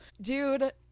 Dude